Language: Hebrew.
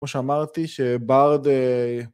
כמו שאמרתי, שברד...